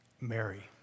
Mary